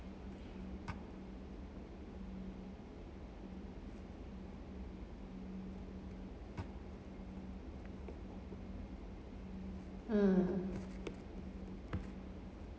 mm